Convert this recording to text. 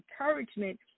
encouragement